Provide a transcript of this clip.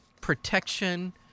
Protection